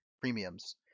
premiums